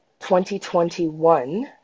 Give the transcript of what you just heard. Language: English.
2021